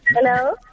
Hello